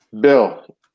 Bill